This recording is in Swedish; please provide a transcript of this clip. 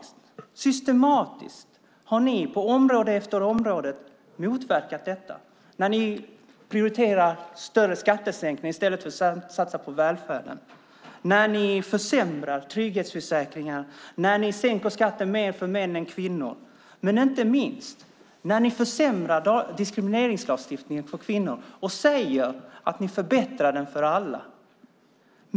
Systematiskt har ni på område efter område motverkat detta när ni prioriterar större skattesänkningar i stället för att satsa på välfärden, när ni försämrar trygghetsförsäkringar, när ni sänker skatten mer för män än för kvinnor och inte minst när ni försämrar diskrimineringslagstiftningen för kvinnor och säger att ni förbättrar den för alla.